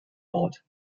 ort